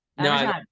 No